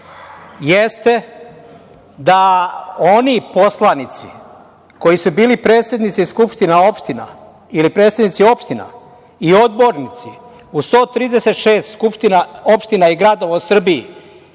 jeste da oni poslanici koji su bili predsednici skupština opština ili predsednici opština i odbornici u 136 skupština, opština i gradova u Srbiji,